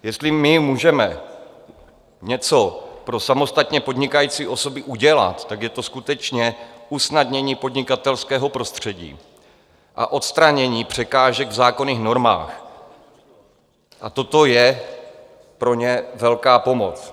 Jestli my můžeme něco pro samostatně podnikající osoby udělat, tak je to skutečně usnadnění podnikatelského prostředí a odstranění překážek v zákonných normách, a toto je pro ně velká pomoc.